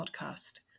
podcast